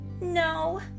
No